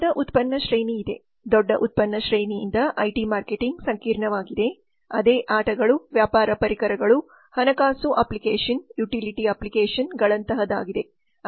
ದೊಡ್ಡ ಉತ್ಪನ್ನ ಶ್ರೇಣಿ ಇದೆ ದೊಡ್ಡ ಉತ್ಪನ್ನ ಶ್ರೇಣಿಯಿಂದ ಐಟಿ ಮಾರ್ಕೆಟಿಂಗ್ ಸಂಕೀರ್ಣವಾಗಿದೆ ಅದೇ ಆಟಗಳು ವ್ಯಾಪಾರ ಪರಿಕರಗಳು ಹಣಕಾಸು ಅಪ್ಲಿಕೇಶನ್ ಯುಟಿಲಿಟಿ ಅಪ್ಲಿಕೇಶನ್ಗಳಂತಹದಾಗಿದೆ